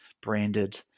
branded